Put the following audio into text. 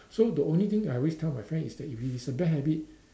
so the only thing I always tell my friend is that if it is a bad habit